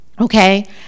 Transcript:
okay